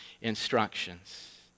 instructions